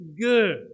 good